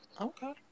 Okay